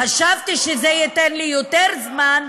חשבתי שזה ייתן לי יותר זמן,